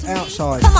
outside